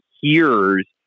hears